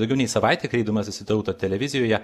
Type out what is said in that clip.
daugiau nei savaitę kreipdamasis į tautą televizijoje